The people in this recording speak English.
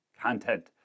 content